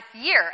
year